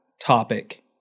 topic